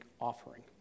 offering